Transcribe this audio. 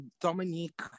Dominique